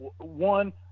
one